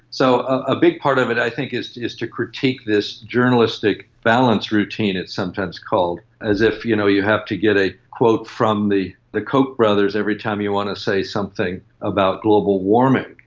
so a big part of it i think is is to critique this journalistic balance routine, it sometimes called, as if you know you have to get a quote from the the koch brothers every time you want to say something about global warming.